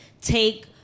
take